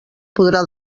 podrà